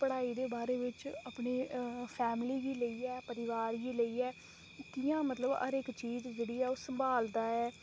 पढ़ाई दे बारे बिच अपनी फैमिली गी लेइयै परोआर गी लेइयै कि'यां मतलब हर इक चीज जेह्ड़ी ऐ ओह् संभालदा ऐ